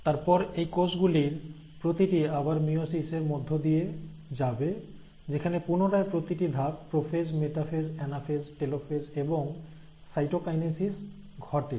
তারপর এই কোষগুলির প্রতিটি আবার মিয়োসিস এর মধ্য দিয়ে যাবে যেখানে পুনরায় প্রতিটি ধাপ প্রোফেজ মেটাফেজ অ্যানাফেজ টেলোফেজ এবং সাইটোকাইনেসিস ঘটে